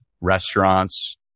restaurants